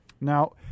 Now